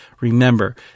Remember